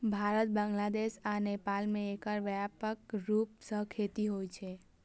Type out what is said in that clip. भारत, बांग्लादेश आ नेपाल मे एकर व्यापक रूप सं खेती होइ छै